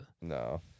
No